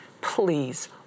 please